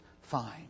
fine